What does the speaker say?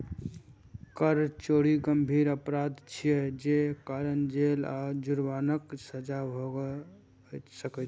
कर चोरी गंभीर अपराध छियै, जे कारण जेल आ जुर्मानाक सजा भए सकैए